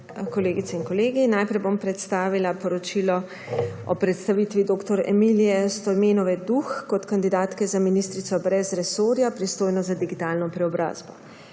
kolegice in kolegi, najprej bom predstavila poročilo o predstavitvi dr. Emilije Stojmenove Duh kot kandidatke za ministrico brez resorja, pristojno za digitalno preobrazbo.